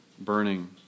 burning